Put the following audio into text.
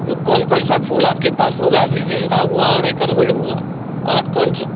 तो कौन कौनसा फूल आपके पास होगा अभी गेंदा हुआ और एक अड़हुल हुआ और कोनसा